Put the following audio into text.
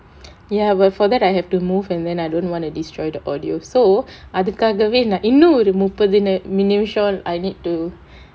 ya but for that I have to move and then I don't want to destroy the audio so அதுக்காகவே நான் இன்னும் ஒரு முப்பது நிமிஷம்:athukkaakavae naan innum oru muppathu nimisham I need to